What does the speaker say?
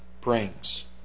brings